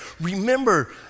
Remember